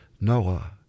Noah